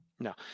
No